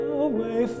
away